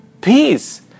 peace